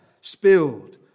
spilled